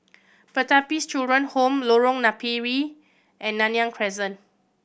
Pertapis Children Home Lorong Napiri and Nanyang Crescent